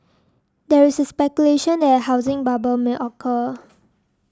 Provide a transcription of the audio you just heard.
there is a speculation that a housing bubble may occur